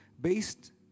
based